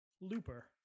Looper